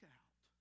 out